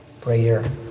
prayer